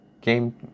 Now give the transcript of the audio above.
game